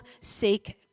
seek